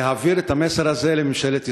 להעביר את המסר הזה לממשלת ישראל,